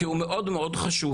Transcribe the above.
כי הוא מאוד מאוד חשוב.